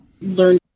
learn